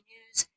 News